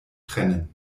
trennen